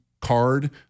card